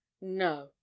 No